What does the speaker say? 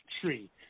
tree